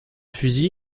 fusil